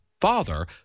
father